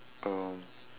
um